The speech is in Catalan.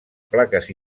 plaques